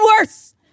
worse